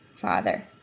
Father